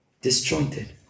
disjointed